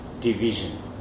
division